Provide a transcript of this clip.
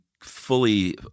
fully